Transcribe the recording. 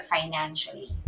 financially